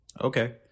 Okay